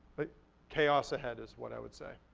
but chaos ahead is what i would say.